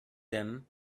them